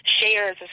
shares